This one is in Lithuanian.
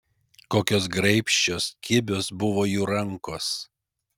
kokios graibščios kibios buvo jų rankos